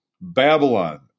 Babylon